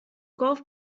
golf